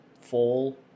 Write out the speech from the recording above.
fall